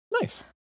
Nice